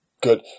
good